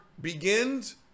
begins